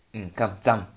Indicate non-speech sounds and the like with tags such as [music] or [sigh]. mm come [noise]